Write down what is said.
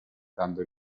dando